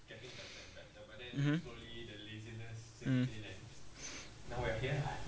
mmhmm mm